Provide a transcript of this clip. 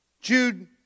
Jude